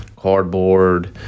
cardboard